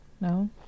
No